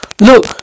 Look